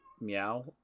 meow